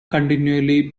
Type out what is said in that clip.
continually